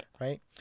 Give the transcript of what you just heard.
right